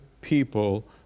people